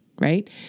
right